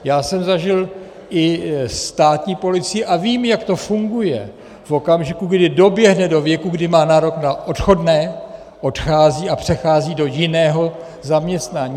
Já jsem zažil i státní policii a vím, jak to funguje v okamžiku, kdy doběhne do věku, kdy má nárok na odškodné, odchází a přechází do jiného zaměstnání.